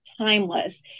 timeless